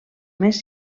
més